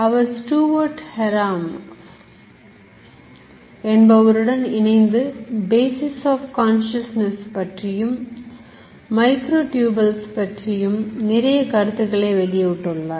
அவர் Stuart Hameroff என்பவருடன் இணைந்து Basis Of Consciousness பற்றியும் மைக்ரோ டியூபெல்ஸ் பற்றியும் நிறைய கருத்துக்களை வெளியிட்டுள்ளார்